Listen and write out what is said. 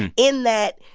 in that,